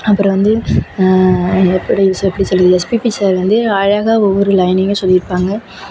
அப்புறம் வந்து எப்படி எப்படி சொல்லுறது எஸ்பிபி சார் வந்து அழகாக ஒவ்வொரு லைனையும் சொல்லி இருப்பாங்க